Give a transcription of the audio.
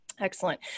Excellent